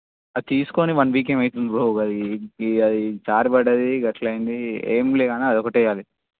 అది తీసుకొని one week ఏమో అవుతుంది బ్రో అది ఇక అది జారిపడ్డది గట్ల అయింది ఏమి లేదన్న అది ఒకటి అది